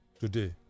Today